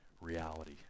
reality